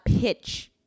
pitch